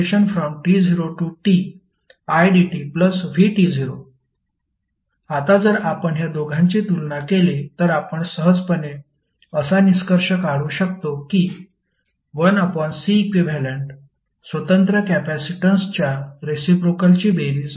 1Ceqt0tidtv आता जर आपण या दोघांची तुलना केली तर आपण सहजपणे असा निष्कर्ष काढू शकतो की 1Ceq स्वतंत्र कपॅसिटन्सच्या रेसिप्रोकेलची बेरीज आहे